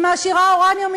היא מעשירה אורניום,